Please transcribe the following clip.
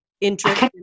interest